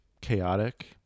chaotic